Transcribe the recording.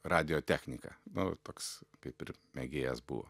radijo technika nu toks kaip ir mėgėjas buvo